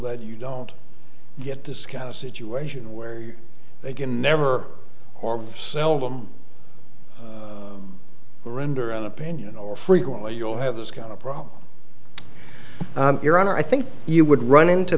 that you don't get this kind of situation where they can never or seldom render an opinion or frequently you'll have this kind of problem your honor i think you would run into